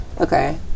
Okay